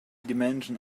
dimension